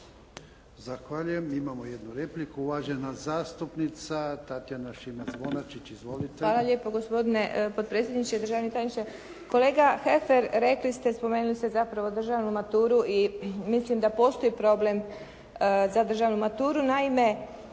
Zahvaljujem. Imamo jednu repliku, uvažena zastupnica Tatjana Šimac-Bonačić. **Šimac Bonačić, Tatjana (SDP)** Hvala lijepo gospodine potpredsjedniče, državni tajniče. Kolega Hefer rekli ste spomenuli ste državnu maturu i mislim da postoji problem za držanu maturu.